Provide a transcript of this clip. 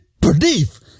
believe